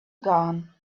gone